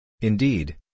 Indeed